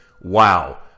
wow